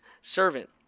servant